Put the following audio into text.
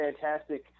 Fantastic